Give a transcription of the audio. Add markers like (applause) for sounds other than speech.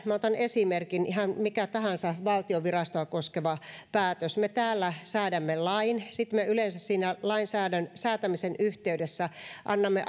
minä otan esimerkin on ihan mikä tahansa valtion virastoa koskeva päätös niin me täällä säädämme lain sitten me yleensä siinä lain säätämisen yhteydessä annamme (unintelligible)